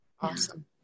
awesome